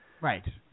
Right